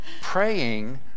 praying